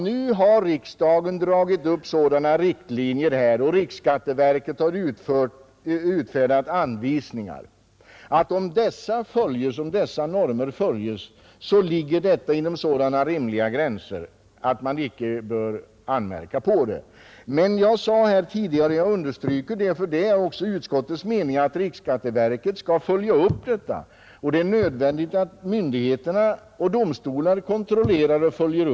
Nu har riksdagen dragit upp riktlinjer, och riksskatteverket har utfärdat anvisningar, och om normerna följs håller sig representationen nu inom rimliga gränser, och då bör man inte anmärka på den. Men som jag tidigare sade — och det är också utskottets mening — skall riksskatteverket följa upp denna fråga. Det är nödvändigt att myndigheter och domstolar kontrollerar verksamheten.